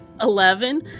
Eleven